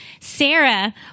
Sarah